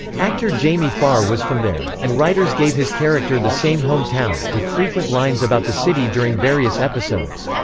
actor jamie farr was from there, and writers gave his character the same home town, with frequent lines about the city during various episodes.